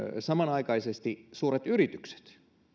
samanaikaisesti suuret yritykset